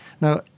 Now